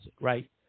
right